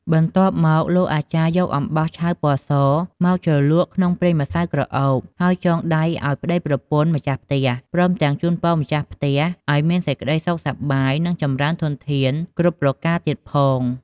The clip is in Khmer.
បន្ទាប់មកលោកអាចារ្យ យកអំបោះឆៅពណ៌សមកជ្រលក់ក្នុងប្រេងម្សៅក្រអូប ហើយចងដៃឲ្យប្ដីប្រពន្ធម្ចាស់ផ្ទះ ព្រមទាំងជូនពរម្ចាស់ផ្ទះឲ្យមានសេចក្តីសុខសប្បាយ នឹងចម្រើនធនធានគ្រប់ប្រការទៀតផង។